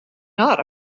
not